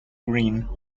green